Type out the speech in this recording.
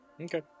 Okay